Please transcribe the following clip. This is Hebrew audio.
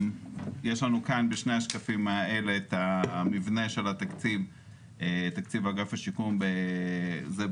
יש לנו כאן בשני השקפים האלה את המבנה של תקציב אגף השיקום ב-2021,